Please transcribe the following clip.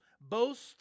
boast